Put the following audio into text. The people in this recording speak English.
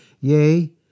Yea